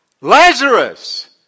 Lazarus